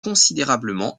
considérablement